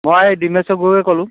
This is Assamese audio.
মই ডিমেশ্বৰ বৰুৱাই কলোঁ